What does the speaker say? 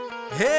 Hey